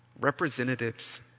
representatives